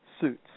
suits